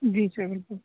जी sir बिल्कुल